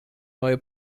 neue